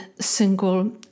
single